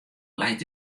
leit